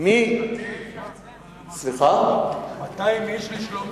200 איש לשלומי לחיאני?